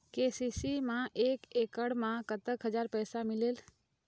KCC मा एकड़ मा कतक हजार पैसा मिलेल?